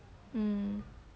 hmm